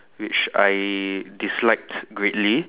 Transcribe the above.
which I disliked greatly